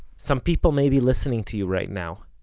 some people may be listening to you right now.